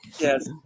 Yes